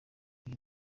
uyu